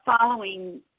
following